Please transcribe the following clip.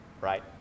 right